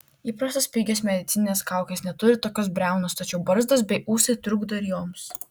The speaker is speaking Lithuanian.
įprastos pigios medicininės kaukės neturi tokios briaunos tačiau barzdos bei ūsai trukdo ir joms